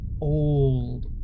old